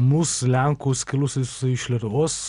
mus lenkus kilusius iš lietuvos